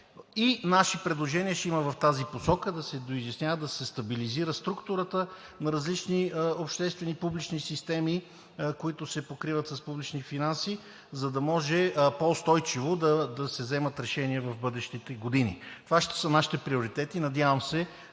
И наши предложения ще има в тази посока: да се доизяснява, да се стабилизира структурата на различни обществени публични системи, които се покриват с публични финанси, за да може по устойчиво да се вземат решения в бъдещите години. Това ще са нашите приоритети. Надявам се,